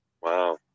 Wow